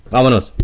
Vámonos